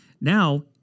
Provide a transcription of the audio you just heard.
Now